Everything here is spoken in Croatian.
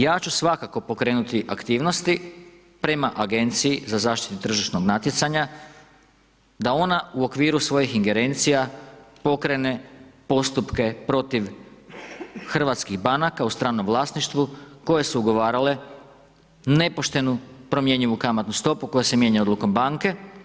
Ja ću svakako pokrenuti aktivnosti prema agenciji za zaštitu tržišnog natjecanja da ona u okviru svojih ingerencija pokrene postupke protiv hrvatskih banaka u stranom vlasništvu koje su ugovarale nepoštenu promjenjivu kamatnu stopu koja se mijenja odlukom banke.